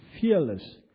fearless